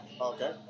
Okay